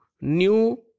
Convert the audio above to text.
new